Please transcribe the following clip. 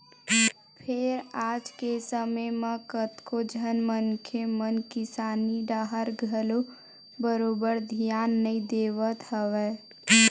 फेर आज के समे म कतको झन मनखे मन किसानी डाहर घलो बरोबर धियान नइ देवत हवय